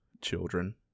children